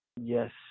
Yes